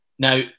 Now